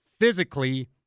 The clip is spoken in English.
physically